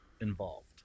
involved